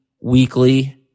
weekly